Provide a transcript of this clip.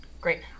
great